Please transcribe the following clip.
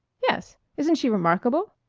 yes. isn't she remarkable?